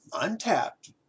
untapped